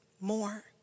more